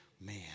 man